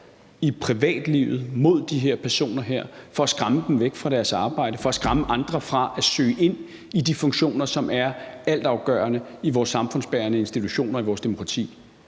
i privatlivet mod de her personer for at skræmme dem væk fra deres arbejde eller for at skræmme andre fra at søge ind i de funktioner, som er altafgørende i vores samfundsbærende institutioner og i vores demokrati.